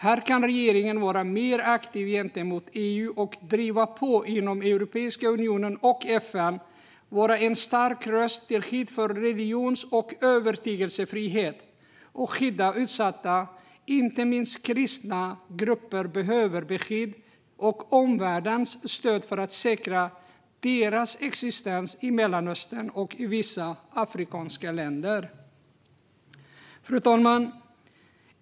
Här kan regeringen vara mer aktiv gentemot EU och driva på inom EU och FN, vara en stark röst till skydd för religions och övertygelsefrihet och skydda utsatta. Inte minst kristna grupper behöver beskydd och omvärldens stöd för att deras existens ska säkras i Mellanöstern och i vissa afrikanska länder. Fru talman!